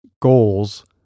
goals